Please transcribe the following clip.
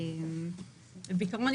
בעיקרון,